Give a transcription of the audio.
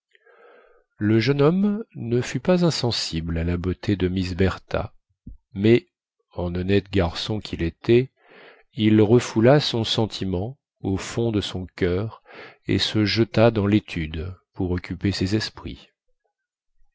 le jeune homme ne fut pas insensible à la beauté de miss bertha mais en honnête garçon quil était il refoula son sentiment au fond de son coeur et se jeta dans létude pour occuper ses esprits